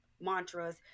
mantras